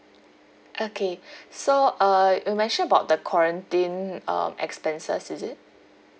okay so uh you mentioned about the quarantine um expenses is it